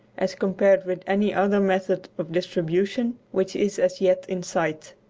as compared with any other method of distribution which is as yet in sight.